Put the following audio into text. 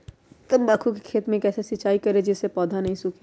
तम्बाकू के खेत मे कैसे सिंचाई करें जिस से पौधा नहीं सूखे?